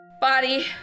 body